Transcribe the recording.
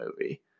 movie